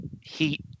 heat